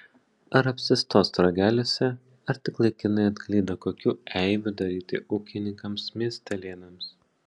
ar apsistos rageliuose ar tik laikinai atklydo kokių eibių daryti ūkininkams miestelėnams